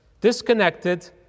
disconnected